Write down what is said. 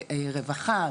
רווחה,